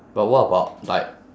but what about like